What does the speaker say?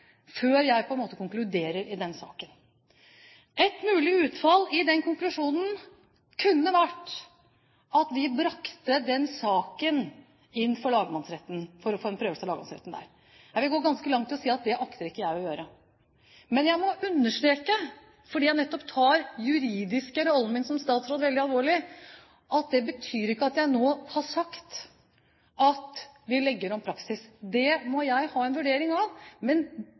før jeg konkluderer i den saken? Et mulig punkt i den konklusjonen kunne vært at vi brakte saken inn for lagmannsretten for å få den prøvd der. Jeg vil gå ganske langt i å si at det akter ikke jeg å gjøre. Men jeg må understreke, fordi jeg nettopp tar den juridiske rollen min som statsråd veldig alvorlig, at det betyr ikke at jeg nå har sagt at vi legger om praksis. Det må jeg ha en vurdering av. Men